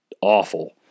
awful